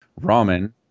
ramen